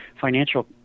financial